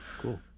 Cool